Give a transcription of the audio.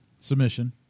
Submission